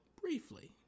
briefly